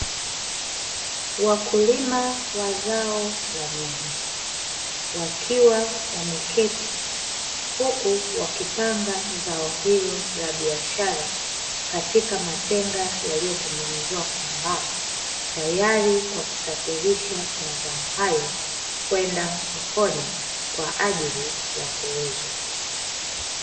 Wakulima wa zao la nyanya, wakiwa wameketi huku wakipanga zao hilo la biashara katika matenga yaliyotengenezewa kwa mbao, tayari kwa kusafirisha mazao hayo kwenda sokoni, kwa ajili ya kuuzwa.